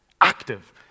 active